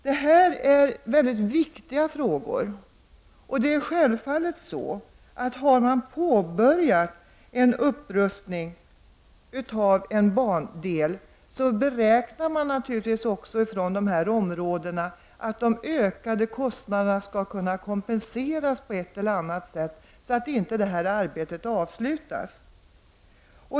Detta är mycket viktiga frågor, och det är självfallet så att man, om man har påbörjat en upprustning av en bandel, naturligtvis räknar med att de ökade kostnaderna i dessa områden skall kunna kompenseras på ett eller annat sätt så att inte arbetet behöver avstanna.